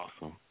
Awesome